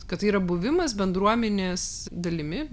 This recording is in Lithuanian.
kad tai yra buvimas bendruomenės dalimi